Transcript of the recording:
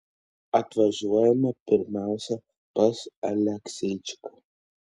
atvažiuojame pirmiausia pas alekseičiką